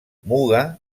muga